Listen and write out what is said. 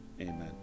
Amen